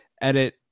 edit